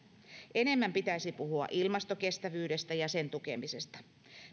enemmän pitäisi puhua ilmastokestävyydestä ja sen tukemisesta